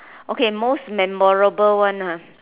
okay most memorable one ah